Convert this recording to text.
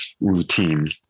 routine